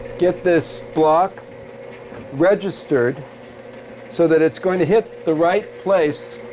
get this block registered so that it's going to hit the right place